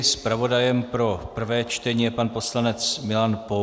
Zpravodajem pro prvé čtení je pan poslanec Milan Pour.